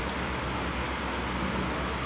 like N_Y_P's sketch club ah